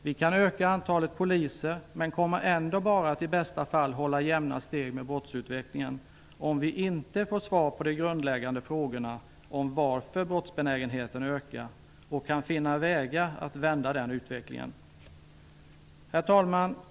Vi kan öka antalet poliser, men vi kommer ändå bara att i bästa fall hålla jämna steg med brottsutvecklingen om vi inte får svar på de grundläggande frågorna om varför brottsbenägenheten ökar och vi inte kan finna vägar för att vända utvecklingen. Herr talman!